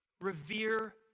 Revere